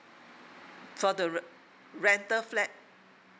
for the re~ rental flat